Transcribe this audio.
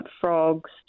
frogs